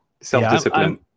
self-discipline